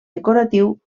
decoratiu